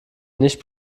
nicht